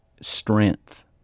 strength